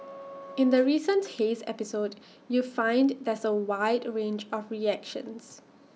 in the recent haze episode you find there's A wide range of reactions